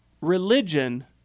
religion